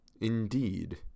indeed